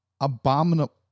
abominable